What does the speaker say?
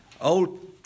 Old